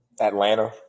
Atlanta